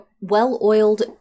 well-oiled